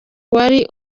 wari